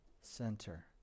center